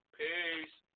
Peace